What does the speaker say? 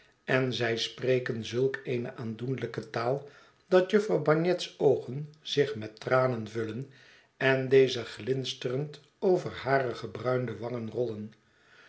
en zij spreken zulk eene aandoenlijke taal dat jufvrouw bagnet s oogen zich met tranen vullen en deze glinsterend over hare gebruinde wangen rollen